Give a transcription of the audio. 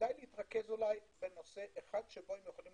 שכדאי להתרכז בנושא אחד שבו הם יכולים